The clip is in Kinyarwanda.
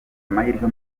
amahirwe